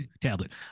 Tablet